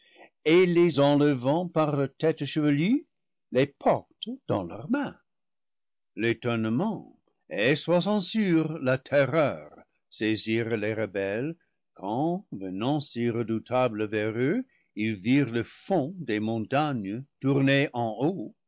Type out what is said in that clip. et les enlevant par leurs têtes chevelues les portent dans leurs mains l'étonnement et sois-en sûr la terreur saisirent les rebelles quand venant si redoutables vers eux ils virent le fond des montagnes tourné en haut